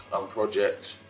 project